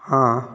ହଁ